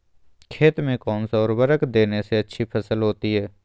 खेत में कौन सा उर्वरक देने से अच्छी फसल होती है?